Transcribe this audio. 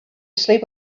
sleep